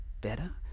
better